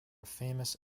famous